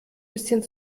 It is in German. bisschen